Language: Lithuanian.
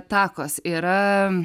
takos yra